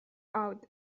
out